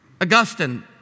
Augustine